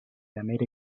lamer